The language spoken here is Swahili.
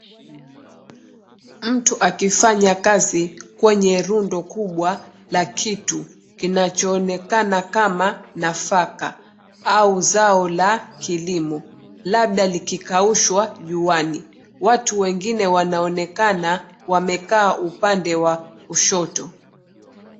Mtu akifanya kazi kwenye rundo kubwa la kitu kinachoonekana kama nafaka, au zao la kilimo, labda likikaushwa juani. Watu wengine wanaonekana wamekaa upande wa kushoto.